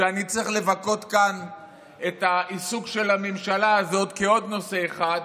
שאני צריך לבכות כאן את העיסוק של הממשלה הזאת בעוד נושא אחד.